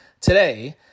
today